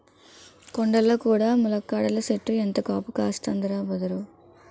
కొండల్లో కూడా ములక్కాడల సెట్టు ఎంత కాపు కాస్తందిరా బదరూ